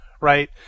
Right